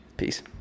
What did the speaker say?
Peace